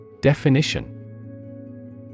Definition